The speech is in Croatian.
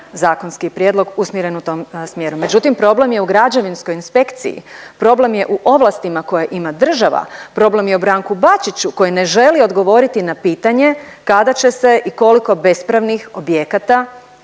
zakonski prijedlog usmjeren u tom smjeru. Međutim, problem je u građevinskoj inspekciji, problem je u ovlastima koje ima država, problem je u Branku Bačiću koji ne želi odgovoriti na pitanje kada će se i koliko bespravnih objekata